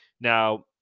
Now